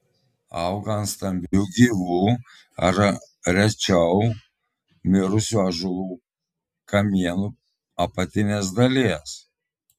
auga ant stambių gyvų ar rečiau mirusių ąžuolų kamienų apatinės dalies